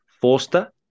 Forster